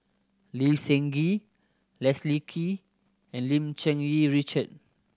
Lee Seng Gee Leslie Kee and Lim Cherng Yih Richard